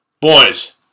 Boys